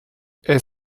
est